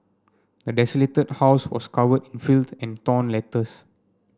the desolated house was covered in filth and torn letters